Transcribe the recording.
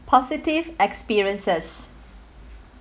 positive experiences